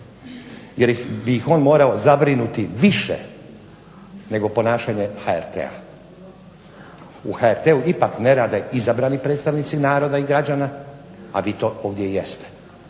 jer bi ih on morao zabrinuti više nego ponašanje HRT-a. U HRT-u ipak ne rade izabrani predstavnici naroda i građana, a vi to ovdje jeste.